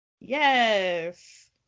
Yes